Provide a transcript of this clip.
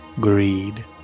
greed